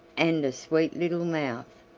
and a sweet little mouth,